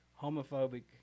homophobic